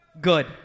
Good